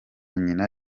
nyina